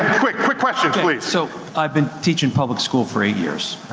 quick, quick questions please. so i've been teaching public school for eight years.